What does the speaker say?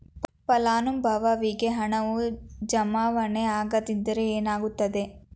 ಫಲಾನುಭವಿಗೆ ಹಣವು ಜಮಾವಣೆ ಆಗದಿದ್ದರೆ ಏನಾಗುತ್ತದೆ?